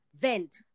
vent